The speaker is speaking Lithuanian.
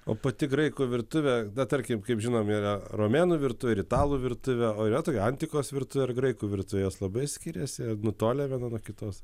o pati graikų virtuvė tarkim kaip žinome yra romėnų virtuvė ir italų virtuvė o yra tokia antikos virtuvė ir graikų virtuvė jos labai skiriasi nutolę viena nuo kitos